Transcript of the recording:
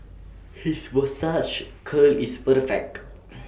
his moustache curl is perfect